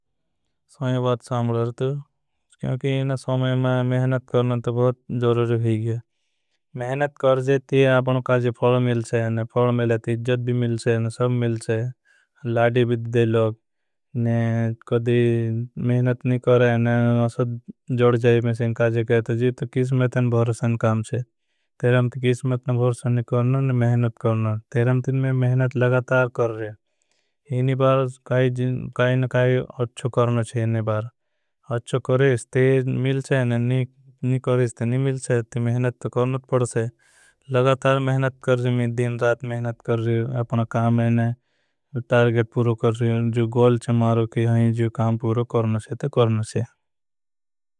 सही बहुत साम्बल हरतू क्योंकि इन समय में मेहनत करना तो। बहुत ज़रूर ही गया कर जे ती आपनो काजे फ़लो मिल छे फ़लो। मिले ती इजज़द भी मिल छे सब मिल से बिद्दे लोग ने। कदी मेहनत नहीं करें असाद जोड़ जाये में से। काजे कहते जी तो किस मेंतन भुरसन काम है ती किस मेंतन भरूसन। नहीं करना मेहनत करना ती मेहनत लगातार कर रहें बार काई। न काई अच्छो करनो करनो ते कर्णो मिलछे। नहीं तो नहीं मिलचहे तो करना पड़से लगातार। मेहनत करछे दिन रात मेहनत कर रहें काम छे टार्गेट पूरो करनो। छे ते जो काम पूरो करना है तो करनो छे।